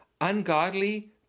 ungodly